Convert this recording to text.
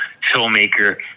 filmmaker